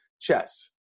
chess